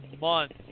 month